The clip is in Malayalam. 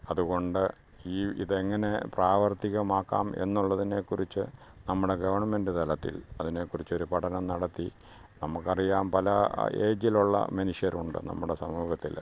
അതുകൊണ്ട് ഈ ഇത് എങ്ങനെ പ്രാവര്ത്തികമാക്കാം എന്നുള്ളതിനെ കുറിച്ച് നമ്മുടെ ഗവണ്മെന്റ് തലത്തില് അതിനെ കുറിച്ചൊരു പഠനം നടത്തി നമുക്ക് അറിയാം പല ആ ഏജിലുള്ള മനുഷ്യരുണ്ട് നമ്മുടെ സമൂഹത്തിൽ